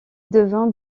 devint